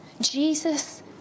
Jesus